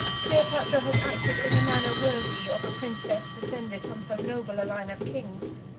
cleopatra has acted in a manner worthy of a princess descended from so noble a line of kings.